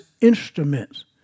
instruments